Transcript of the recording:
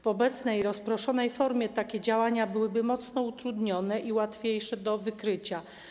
W obecnej, rozproszonej formie takie działania byłyby mocno utrudnione i łatwiejsze do wykrycia.